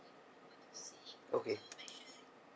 okay